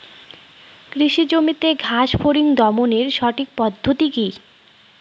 কৃষি জমিতে ঘাস ফরিঙ দমনের সঠিক পদ্ধতি কি?